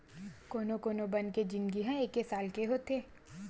कोनो कोनो बन के जिनगी ह एके साल के होथे